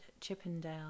Chippendale